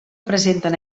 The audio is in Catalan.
presenten